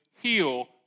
heal